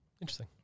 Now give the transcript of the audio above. Interesting